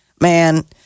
man